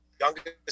youngest